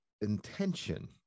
intention